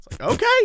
okay